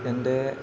എൻ്റെ